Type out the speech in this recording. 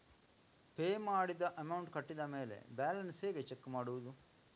Pay ಮಾಡಿದ amount ಕಟ್ಟಿದ ಮೇಲೆ ಬ್ಯಾಲೆನ್ಸ್ ಹೇಗೆ ಚೆಕ್ ಮಾಡುವುದು?